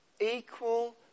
equal